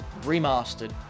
remastered